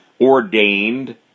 ordained